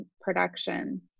production